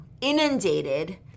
inundated